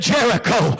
Jericho